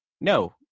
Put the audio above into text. no